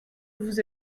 vous